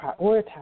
prioritize